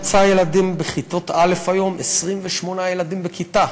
מספר הילדים הממוצע בכיתות א' היום הוא 28 ילדים בכיתה,